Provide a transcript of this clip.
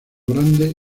grande